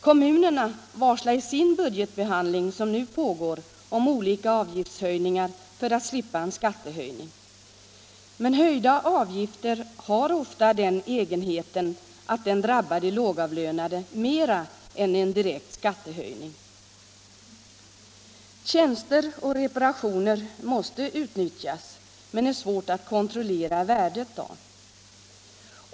Kommunerna varslar i sin budgetbehandling, som pågår, om olika avgiftshöjningar för att slippa en skattehöjning. Men höjda avgifter har ofta den egenheten att de drabbar de lågavlönade mer än en direkt skattehöjning. Tjänster och reparationer måste utnyttjas, men det är svårt att kontrollera värdet av dem.